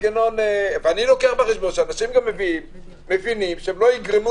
ואני לוקח בחשבון שאנשים מבינים שלא יגרמו